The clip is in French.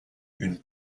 une